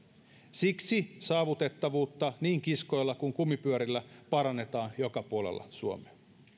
siksi saavutettavuutta niin kiskoilla kuin kumipyörillä parannetaan joka puolella suomea